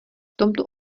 tomto